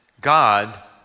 God